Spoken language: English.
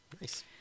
Nice